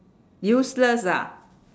useless ah